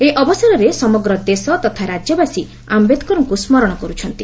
ଏହି ଅବସରରେ ସମଗ୍ର ଦେଶ ତଥା ରାଜ୍ୟବାସୀ ଆମ୍ଭେଦକରଙ୍କୁ ସ୍କରଶ କରୁଛନ୍ତି